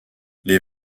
les